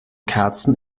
kerzen